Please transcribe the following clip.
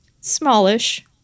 Smallish